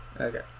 okay